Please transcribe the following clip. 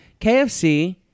KFC